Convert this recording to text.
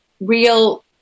real